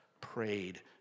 prayed